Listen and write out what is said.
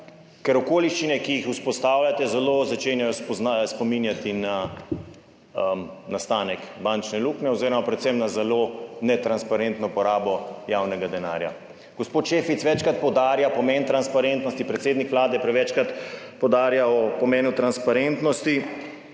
ker okoliščine, ki jih vzpostavljate, zelo začenjajo spominjati na nastanek bančne luknje oziroma predvsem na zelo netransparentno porabo javnega denarja. Gospod Šefic večkrat poudarja pomen transparentnosti, predsednik Vlade prevečkrat poudarja o pomenu transparentnosti,